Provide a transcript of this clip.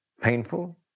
painful